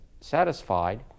satisfied